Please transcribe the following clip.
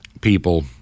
people